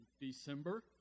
December